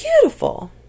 beautiful